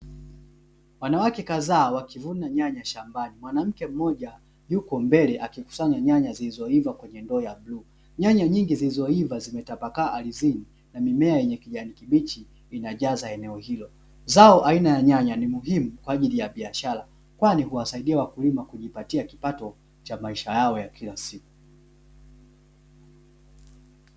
Wanawake kadhaa wakivuna nyanya shambani, mwanamke mmoja yupo mbele akikusanya nyanya zilizoiva kwenye ndoo ya bluu, nyanya nyingi zilizoiva zimetapakaa ardhini na mimea ya kijani kibichi inajaza eneo hilo. Zao aina ya nyanya ni muhimu kwa ajili ya biashara, kwani huwasaidia wakulima kujipatia kipato cha maisha yao ya kila siku.